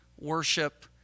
worship